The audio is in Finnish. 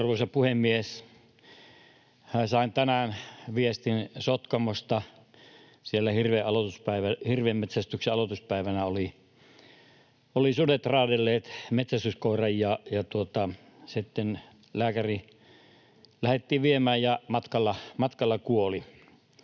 Arvoisa puhemies! Sain tänään viestin Sotkamosta. Siellä hirvenmetsästyksen aloituspäivänä olivat sudet raadelleet metsästyskoiran — sitten sitä lähdettiin lääkäriin viemään, ja se matkalla kuoli.